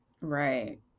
Right